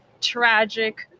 tragic